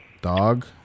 Dog